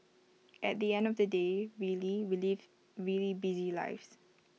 at the end of the day really we live really busy lives